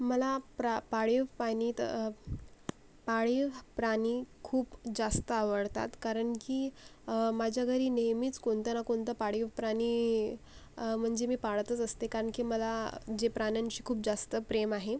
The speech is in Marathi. मला प्रा पाळीव पानीत पाळीव प्राणी खूप जास्त आवडतात कारण की माझ्या घरी नेहमीच कोणत्या ना कोणता पाळीव प्राणी म्हणजे मी पाळतच असते कारण की मला जे प्राण्यांशी खूप जास्त प्रेम आहे